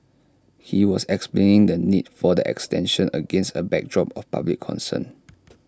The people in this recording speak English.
he was explaining the need for the extension against A backdrop of public concern